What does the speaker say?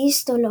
כאסיסט או לא.